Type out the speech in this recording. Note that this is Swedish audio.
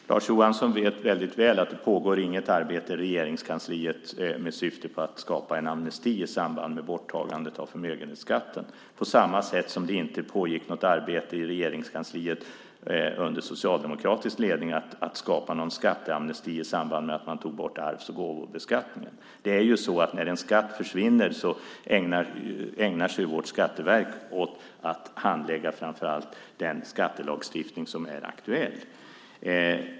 Fru talman! Lars Johansson vet väldigt väl att det inte pågår något arbete i Regeringskansliet med syfte att skapa en amnesti i samband med borttagandet av förmögenhetsskatten på samma sätt som det inte pågick något arbete i Regeringskansliet under socialdemokratisk ledning för att skapa en skatteamnesti i samband med att man tog bort arvs och gåvobeskattningen. När en skatt försvinner ägnar sig vårt skatteverk framför allt åt att handlägga den skattelagstiftning som är aktuell.